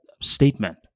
statement